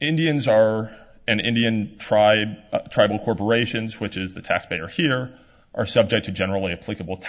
indians are an indian tribe tribal corporations which is the taxpayer heater are subject to generally applicable